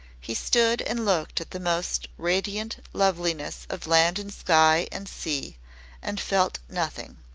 he stood and looked at the most radiant loveliness of land and sky and sea and felt nothing.